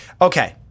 Okay